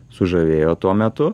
sužavėjo tuo metu